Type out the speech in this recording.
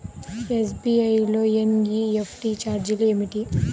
SBI లో NEFT ఛార్జీలు ఏమిటి?